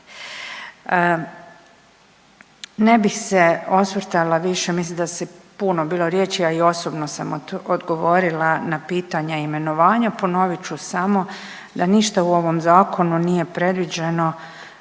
Ne bih se osvrtala više, mislim da je puno bilo riječi, a i osobno sam odgovorila na pitanja imenovanja. Ponovit ću samo da ništa u ovom zakonu nije predviđeno